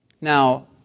Now